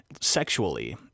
sexually